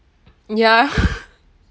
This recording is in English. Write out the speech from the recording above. yeah